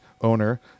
owner